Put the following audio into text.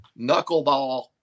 knuckleball